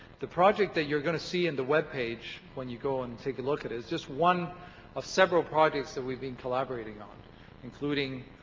the project that you're going to see in the webpage when you go and take a look at it is just one of several projects that we've been collaborating on including,